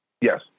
Yes